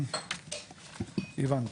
הבנתי.